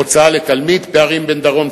הוצאה לתלמיד פערים בין דרום,